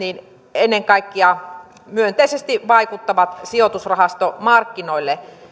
ennen kaikkea vaikuttavat myönteisesti sijoitusrahastomarkkinoihin